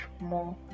more